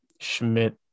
Schmidt